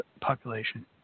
population